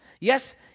yes